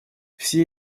все